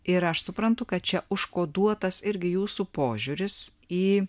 ir aš suprantu kad čia užkoduotas irgi jūsų požiūris į